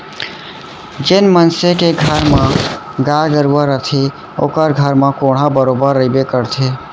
जेन मनसे के घर म गाय गरूवा रथे ओकर घर म कोंढ़ा बरोबर रइबे करथे